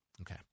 Okay